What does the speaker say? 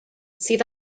sydd